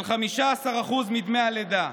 של 15% מדמי הלידה.